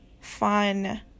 fun